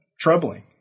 troubling